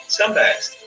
scumbags